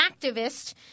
activist